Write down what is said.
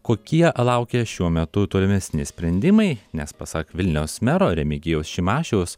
kokie laukia šiuo metu tolimesni sprendimai nes pasak vilniaus mero remigijaus šimašiaus